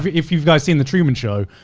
if you've guys seen the truman show,